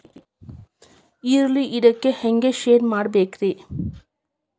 ಈರುಳ್ಳಿ ಇಡಾಕ ಹ್ಯಾಂಗ ಶೆಡ್ ಮಾಡಬೇಕ್ರೇ?